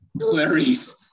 Clarice